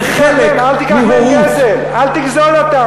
זה חלק מהורות, אל תיקח מהם כסף, אל תגזול אותם.